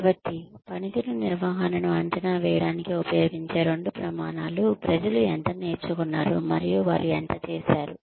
కాబట్టి పనితీరు నిర్వహణను అంచనా వేయడానికి ఉపయోగించే రెండు ప్రమాణాలు ప్రజలు ఎంత నేర్చుకున్నారు మరియు వారు ఎంత చేశారు